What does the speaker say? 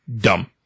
dumb